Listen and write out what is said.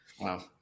wow